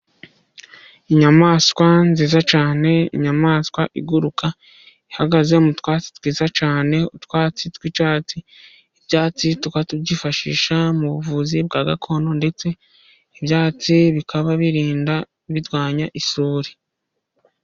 Inyamaswa nziza cyane, inyamaswa iguruka, ihagaze mu twatsi twiza cyane, utwatsi tw'icyatsi. Ibyatsi tukaba byifashisha mu buvuzi bwa gakondo, ndetse ibyatsi bikaba birinda, birwanya isuri.